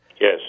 Yes